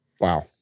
Wow